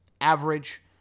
average